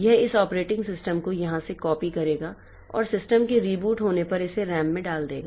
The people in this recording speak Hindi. यह इस ऑपरेटिंग सिस्टम को यहां से कॉपी करेगा और सिस्टम के रीबूट होने पर इसे रैम में डाल देगा